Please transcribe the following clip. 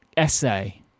essay